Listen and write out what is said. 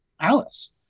Alice